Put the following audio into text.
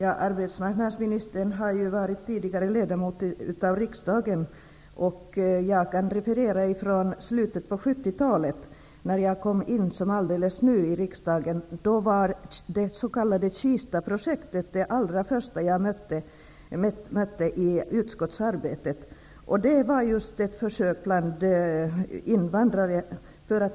Herr talman! Tidigare var ju arbetsmarknadsministern ledamot av riksdagen. Jag kan referera hur det var i slutet av 70-talet, då jag var alldeles ny i riksdagen. På den tiden var det s.k. Kistaprojektet det allra första som jag mötte i utskottsarbetet. Det handlade om en försöksverksamhet bland invandrare.